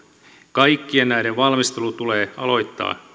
kaikkien näiden valmistelu tulee aloittaa